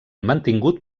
mantingut